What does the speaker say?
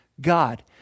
God